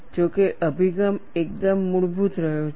જો કે અભિગમ એકદમ મૂળભૂત રહ્યો છે